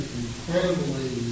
incredibly